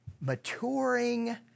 maturing